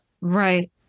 Right